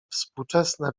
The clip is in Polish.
współczesne